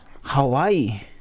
Hawaii